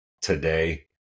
today